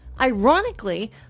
Ironically